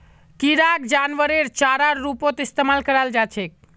किराक जानवरेर चारार रूपत इस्तमाल कराल जा छेक